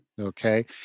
Okay